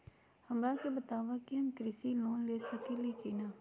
हमरा के बताव कि हम कृषि लोन ले सकेली की न?